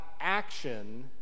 action